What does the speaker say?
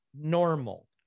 normal